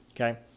Okay